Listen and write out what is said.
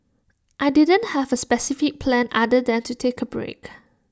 I didn't have A specific plan other than to take A break